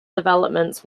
developments